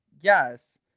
yes